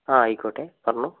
ആ ആയിക്കോട്ടെ പറഞ്ഞോളു